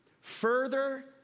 further